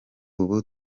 ubu